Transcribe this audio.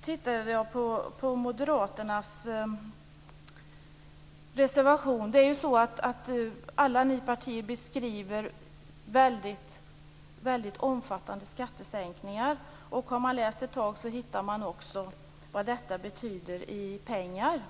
tittade jag på Moderaternas reservation. Alla ni partier beskriver väldigt omfattande skattesänkningar. Har man läst ett tag hittar man också vad detta betyder i pengar.